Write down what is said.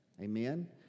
Amen